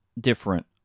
different